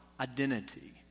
identity